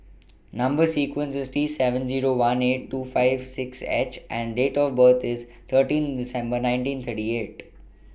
Number sequence IS T seven Zero one eight two five six H and Date of birth IS thirteenth December nineteen thirty eight